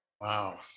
Wow